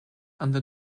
under